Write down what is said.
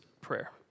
prayer